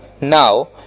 now